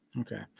Okay